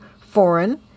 foreign